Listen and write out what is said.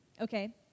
okay